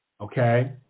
Okay